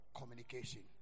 Communication